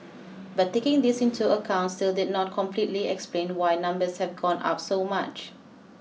but taking this into account still did not completely explain why numbers have gone up so much